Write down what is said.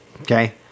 Okay